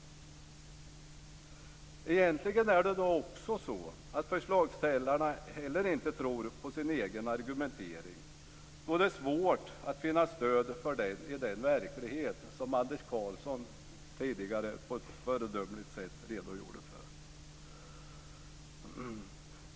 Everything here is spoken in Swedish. Egentligen är det nog också så, att förslagsställarna heller inte tror på sin egen argumentering, då det är svårt att finna stöd för den i den verklighet som Anders Karlsson tidigare på ett föredömligt sätt redogjorde för.